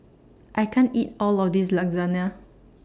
I can't eat All of This Lasagna